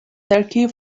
turkey